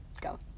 go